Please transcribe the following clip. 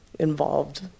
Involved